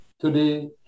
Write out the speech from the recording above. Today